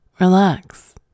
relax